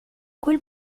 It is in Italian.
quel